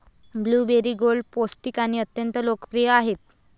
blueberry गोड, पौष्टिक आणि अत्यंत लोकप्रिय आहेत